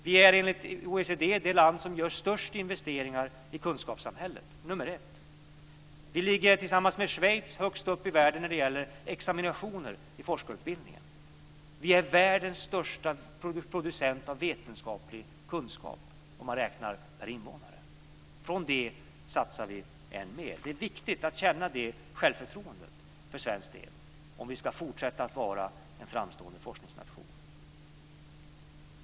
Vi är enligt OECD det land som gör störst investeringar i kunskapssamhället. Vi är nummer ett. Vi ligger tillsammans med Schweiz högst i världen när det gäller examinationer i forskarutbildningen. Vi är världens största producent av vetenskaplig kunskap, om man räknar per invånare. Nu satsar vi än mer. Det är viktigt att känna det självförtroendet för svensk del om vi ska fortsätta att vara en framstående forskningsnation.